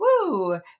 Woo